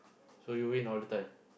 so you win all the time